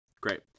Great